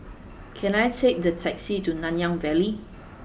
can I take the taxi to Nanyang Valley